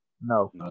No